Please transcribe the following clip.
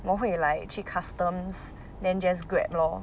我会 like 去 customs then just Grab lor